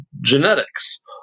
genetics